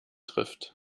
trifft